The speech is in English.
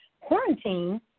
quarantine